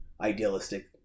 idealistic